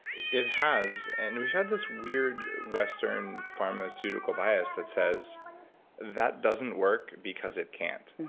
it it has. and we've had this weird western pharmaceutical bias that says that doesn't work because it can't,